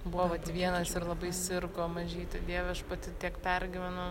buvo vat vienas ir labai sirgo mažytė dieve aš pati tiek pergyvenau